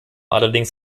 allerdings